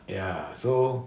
ya so